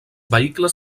vehicles